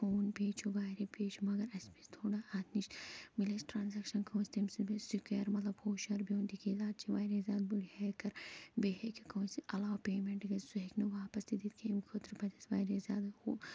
phone پیٚے چھُ واریاہ پیٚے چھُ مگر اَسہِ پَزِ تھوڑا اَتھ نِش ییٚلہِ اَسہِ ٹرٛانزِکشَن کٲنٛسہِ تَمہِ سٍتۍ گَژھِ سِکیور مطلب ہُشیار بِہُن تِکیٛازِ اَز چھِ واریاہ زیادٕ بٔڈۍ ہیکَر بیٚیہِ ہٮ۪کہِ کٲنٛسہِ علاوٕ پیٚمٮ۪نٛٹ گَژھِتھ سُہ ہٮ۪کہِ نہٕ واپَس تہِ دِتھ کیٚنٛہہ ییٚمہِ خٲطرٕ پَزِ اَسہِ واریاہ زیادٕ